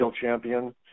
champion